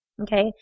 Okay